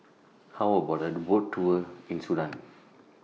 How about A Boat Tour in Sudan